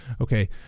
Okay